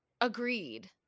agreed